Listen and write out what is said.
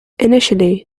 initially